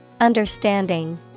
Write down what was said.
Understanding